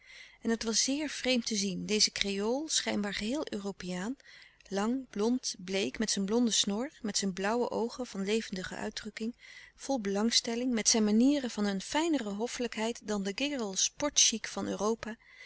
en het was zeer vreemd te zien deze kreool schijnbaar geheel europeaan lang blond bleek met zijn blonde snor met zijn blauwe oogen van levendige uitdrukking vol belangstelling met zijn manieren van een fijnere hoffelijkheid dan den gigrl sport chic van europa